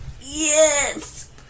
Yes